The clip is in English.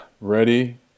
ready